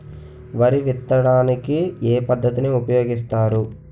వరి విత్తడానికి ఏ పద్ధతిని ఉపయోగిస్తారు?